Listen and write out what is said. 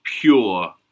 pure